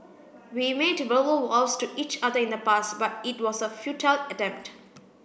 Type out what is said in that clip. we made verbal vows to each other in the past but it was a futile attempt